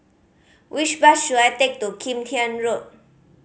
which bus should I take to Kim Tian Road